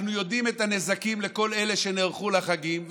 אנחנו יודעים מה הנזקים לכל אלה שנערכו לחגים,